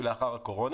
בוודאי לאחר הקורונה,